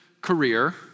career